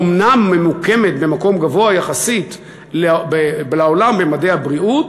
אומנם היא ממוקמת במקום גבוה יחסית לעולם במדדי הבריאות,